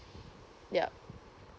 yup